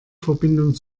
verbindung